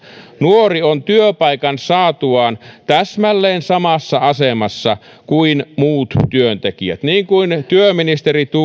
nuori on työpaikan saatuaan täsmälleen samassa asemassa kuin muut työntekijät niin kuin työministeri